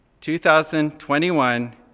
2021